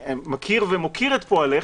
אני מכיר ומוקיר את פועלך